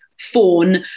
fawn